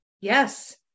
Yes